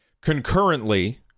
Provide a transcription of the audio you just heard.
Concurrently